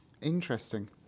Interesting